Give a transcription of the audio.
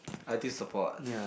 I_T support